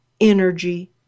energy